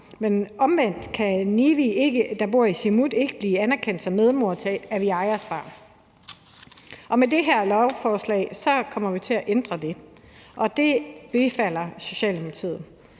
Men omvendt kan Nivi, der bor i Sisimiut, ikke blive anerkendt som medmor til Aviajas barn. Med det her lovforslag kommer vi til at ændre det, og det bifalder Socialdemokratiet.